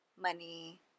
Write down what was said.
money